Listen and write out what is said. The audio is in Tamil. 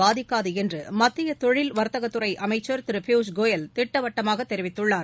பாதிக்காது என்று மத்திய தொழில் வா்தகத்துறை அமைச்ச் திரு பியூஷ் கோயல் திட்டவட்டமாக தெரிவித்துள்ளார்